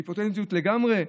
אימפוטנטיות לגמרי,